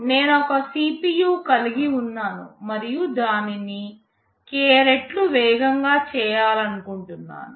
నేను ఒక CPU కలిగి ఉన్నాను మరియు దానిని k రెట్లు వేగంగా చేయాలనుకుంటున్నాను